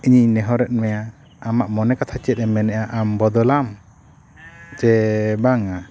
ᱤᱧᱤᱧ ᱱᱮᱦᱚᱨᱮᱫ ᱢᱮᱭᱟ ᱟᱢᱟᱜ ᱢᱚᱱᱮ ᱠᱟᱛᱷᱟ ᱪᱮᱫ ᱮ ᱢᱮᱱᱮᱫᱼᱟ ᱟᱢᱮᱢ ᱵᱚᱫᱚᱞᱟᱢ ᱪᱮ ᱵᱟᱝᱟ